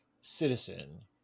citizen